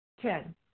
Ten